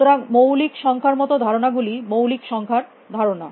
সুতরাং মৌলিক সংখ্যার মত ধারণাগুলি মৌলিক সংখ্যার ধারণা